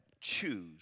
Choose